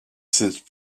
since